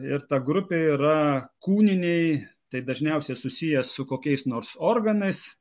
ir ta grupė yra kūniniai tai dažniausiai susiję su kokiais nors organais